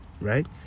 right